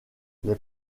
les